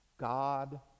God